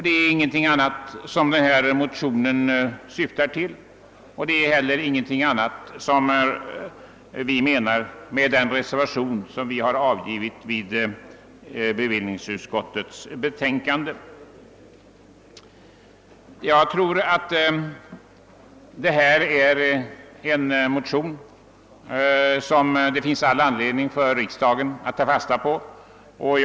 Det är inget annat som denna motion syftar till och det är heller inget annat som vi menar med den reservation som vi har avgivit till detta bevillningsutskottsbetänkande. Enligt min mening finns det all anledning för riksdagen att ta fasta på motionsyrkandet.